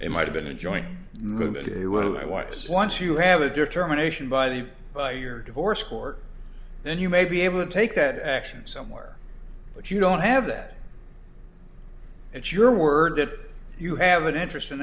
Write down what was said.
it might have been a joint weiss once you have a determination by the by your divorce court then you may be able to take that action somewhere but you don't have that it's your word that you have an interest in